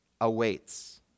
awaits